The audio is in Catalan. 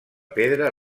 pedra